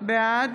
בעד